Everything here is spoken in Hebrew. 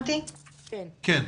שלום.